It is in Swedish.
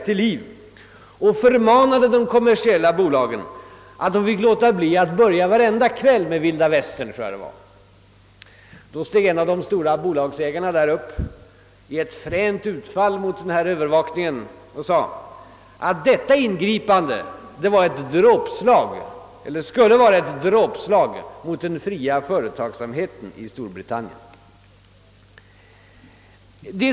Man förmanade de kommersiella bolagen att inte börja varenda kväll med en Vilda Västern-film. Då steg en av de stora bolagsägarna upp och gjorde ett fränt utfall mot övervakningsmyndigheten. Han sade att ett sådant ingripande skulle bli ett dråpslag mot den fria företagsamheten i Storbritannien.